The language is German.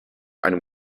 einem